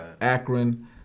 Akron